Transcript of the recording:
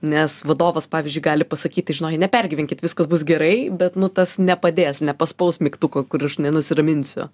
nes vadovas pavyzdžiui gali pasakyti žinokit nepergyvenkit viskas bus gerai bet nu tas nepadės nepaspaus mygtuko kur žinai nusiraminsiu